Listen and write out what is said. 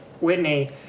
Whitney